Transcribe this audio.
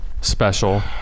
special